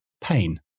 pain